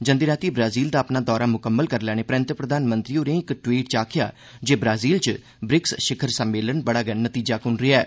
जंदी रातीं ब्राजील दा अपना दौरा मुकम्मल करी लैने परैन्त प्रधानमंत्री होरें इक टवीट् च आखेआ जे ब्राजील च ब्रिक्स शिखर सम्मेलन बड़ा गै नतीजाक्न रेया ऐ